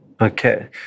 Okay